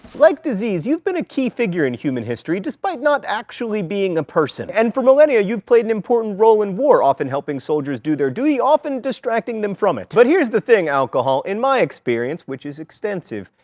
like disease, you've been a key figure in human history, despite not actually being a person, and for millennia, you've played an important role in war, often helping soldiers do their duty, often distracting them from it. but here's the thing, alcohol, in my experience, which is extensive,